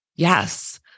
yes